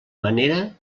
manera